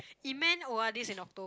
Eman o_r_d is in Octo~